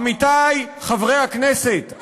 עמיתי חברי הכנסת,